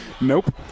Nope